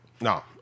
no